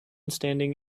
standing